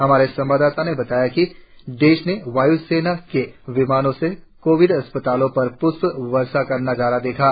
हमारे संवाददाता ने बताया है कि देश ने वाय् सेना के विमानों से कोविड अस्पतालों पर प्ष्प वर्षा का नजारा देखा